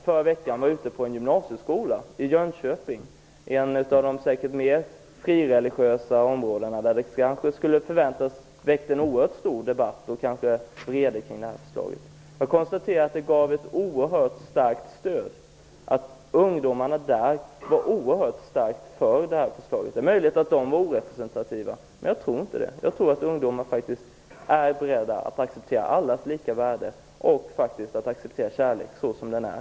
Förra veckan var jag ute på en gymnasieskola i Jönköping, ett av de mer frireligiösa områdena. Där kanske man skulle förvänta sig att detta förslag skulle väcka en stor debatt och vrede. Jag konstaterade att det fanns ett oerhört starkt stöd. Ungdomarna där var starkt för detta förslag. Det är möjligt att de inte var representativa, men jag tror att de var det. Jag tror att ungdomar är beredda att acceptera allas lika värde och att acceptera kärlek såsom den är.